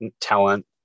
talent